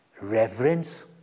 reverence